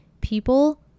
people